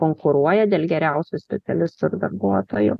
konkuruoja dėl geriausių specialistų ir darbuotojų